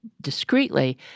discreetly